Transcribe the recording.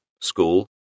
school